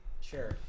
Sure